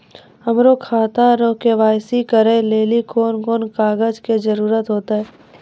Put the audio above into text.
हमरो खाता रो के.वाई.सी करै लेली कोन कोन कागज के जरुरत होतै?